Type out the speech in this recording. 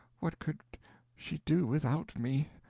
what could she do without me.